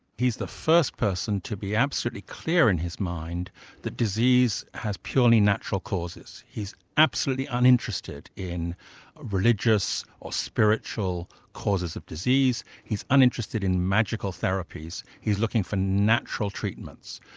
he's the first person to be absolutely clear in his mind that disease has purely natural causes. he's absolutely uninterested in religious or spiritual causes of disease, he's uninterested in magical therapies. he's looking for natural treatments,